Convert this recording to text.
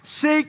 Seek